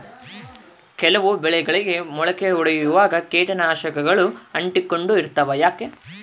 ಕೆಲವು ಬೆಳೆಗಳಿಗೆ ಮೊಳಕೆ ಒಡಿಯುವಾಗ ಕೇಟನಾಶಕಗಳು ಅಂಟಿಕೊಂಡು ಇರ್ತವ ಯಾಕೆ?